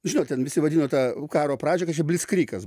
žinot ten visi vadino tą karo pradžioj kad čia blickrygas